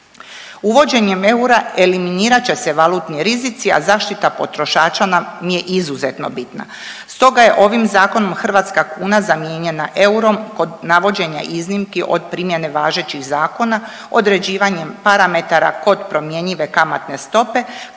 Uvođenjem eura eliminirat će se valutni rizici, a zaštita potrošača nam je izuzetno bitna. Stoga je ovim zakonom hrvatska kuna zamijenjena eurom kod navođenja iznimki od primjene važećih zakona određivanjem parametara kod promjenjive kamatne stope,